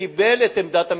וקיבל את עמדת המשטרה.